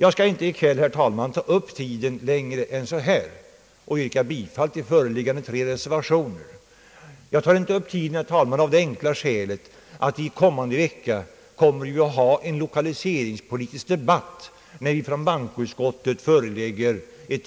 Jag skall inte i kväll, herr talman, ta upp tiden längre utan yrkar bifall till föreliggande tre reservationer. Jag vill inte använda ytterligare tid, herr talman, av det skälet att vi under den kommande veckan skall ha en lokaliseringspolitisk debatt med utgångspunkt från ett synnerligen omfattande